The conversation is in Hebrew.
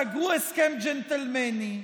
סגרו הסכם ג'נטלמני,